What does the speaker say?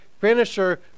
finisher